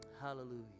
Hallelujah